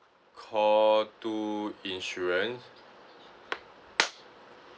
call two insurance